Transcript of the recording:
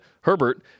Herbert